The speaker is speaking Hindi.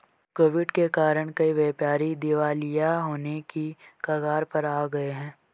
कोविड के कारण कई व्यापारी दिवालिया होने की कगार पर आ गए हैं